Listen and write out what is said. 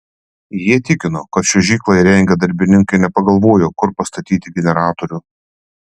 jie tikino kad čiuožyklą įrengę darbininkai nepagalvojo kur pastatyti generatorių